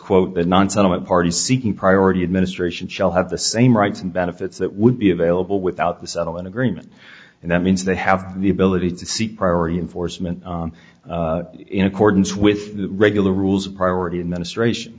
quote the non tonic party seeking priority administration shall have the same rights and benefits that would be available without the settlement agreement and that means they have the ability to see priority enforcement in accordance with the regular rules of priority administration